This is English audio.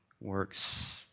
works